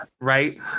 right